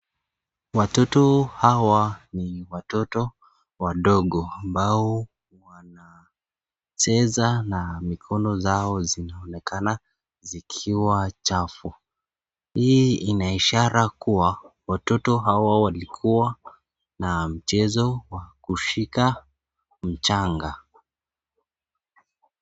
Watoto hawa ni watoto wadogo ambao wanacheza na mikono zao zinaonekana zikiwa chafu. Hii ina ishara kuwa watoto hawa walikuwa na mchezo wa kushika mchanga.